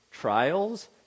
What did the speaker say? trials